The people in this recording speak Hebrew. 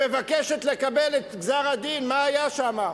ומבקשת לקבל את גזר-הדין, מה היה שם.